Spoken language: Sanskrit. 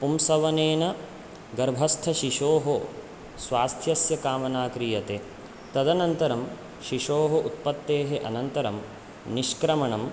पुंसवनेन गर्भस्थशिशोः स्वास्थ्यस्य कामना क्रियते तदनन्तरं शिशोः उत्पत्तेः अनन्तरं निष्क्रमणं